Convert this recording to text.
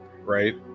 right